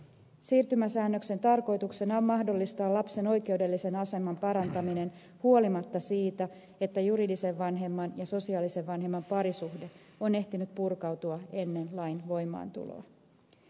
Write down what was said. siirtymäsäännöksen tarkoituksena on mahdollistaa lapsen oikeudellisen aseman parantaminen huolimatta siitä että juridisen vanhemman ja sosiaalisen vanhemman parisuhde on ehtinyt purkautua ennen lain voimaantuloa